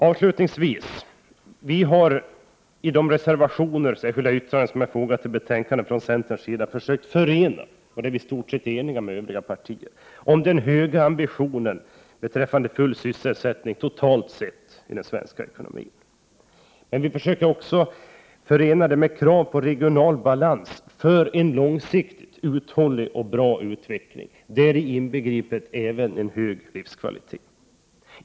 Avslutningsvis: Vi har i de reservationer och särskilda yttranden som vi har fogat till betänkandet försökt förena — och här är vi i stort sett eniga med Övriga partier — den höga ambitionen beträffande full sysselsättning totalt sett i den svenska ekonomin med krav på regional balans för en långsiktig, uthållig och bra utveckling, däri inbegripet även en hög livskvalitet.